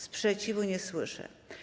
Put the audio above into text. Sprzeciwu nie słyszę.